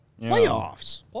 Playoffs